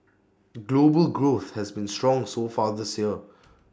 global growth has been strong so far this year